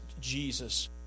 jesus